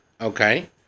okay